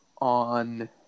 on